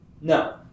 No